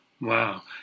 Wow